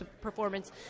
performance